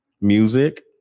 Music